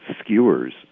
skewers